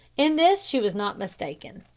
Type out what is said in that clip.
in this she was not mistaken.